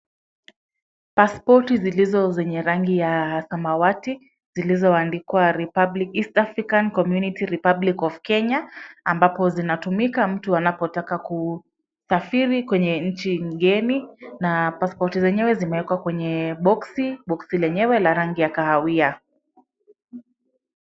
Pasipoti zilizo zenye rangi ya samawati zilizoandikwa Republic East African Community Republic of Kenya, ambapo zinatumika mtu anapotaka kusafiri kwenye nchi mgeni na pasipoti zenyewe zimewekwa kwenye boksi, boksi lenyewe la rangi ya kahawia.